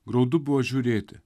graudu buvo žiūrėti